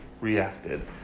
reacted